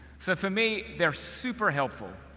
so for me, they're super helpful.